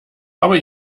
aber